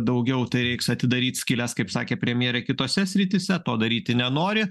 daugiau tai reiks atidaryt skyles kaip sakė premjerė kitose srityse to daryti nenori